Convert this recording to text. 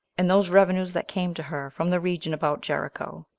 and those revenues that came to her from the region about jericho.